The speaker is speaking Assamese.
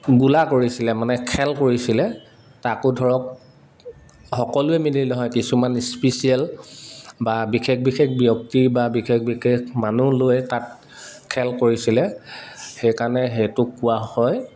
গোলা কৰিছিলে মানে খেল কৰিছিলে তাকো ধৰক সকলোৱে মিলি নহয় কিছুমান স্পিচিয়েল বা বিশেষ বিশেষ ব্যক্তি বা বিশেষ বিশেষ মানুহ লৈ তাত খেল কৰিছিলে সেইকাৰণে সেইটোক কোৱা হয়